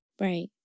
Right